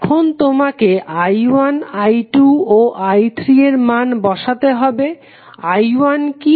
এখন তোমাকে I1 I2 ও I3 এর মান বসাতে হবে I1 কি